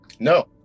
No